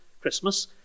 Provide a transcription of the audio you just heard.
Christmas